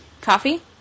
Coffee